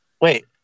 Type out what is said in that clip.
wait